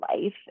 life